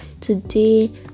Today